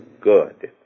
good